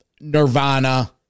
Nirvana